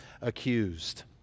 accused